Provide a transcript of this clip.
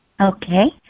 Okay